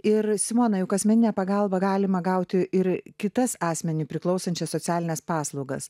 ir simona juk asmeninę pagalbą galima gauti ir kitas asmeniui priklausančias socialines paslaugas